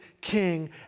king